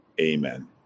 amen